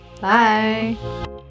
bye